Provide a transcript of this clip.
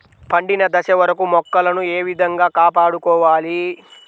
పండిన దశ వరకు మొక్కలను ఏ విధంగా కాపాడుకోవాలి?